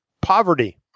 poverty